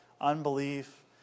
unbelief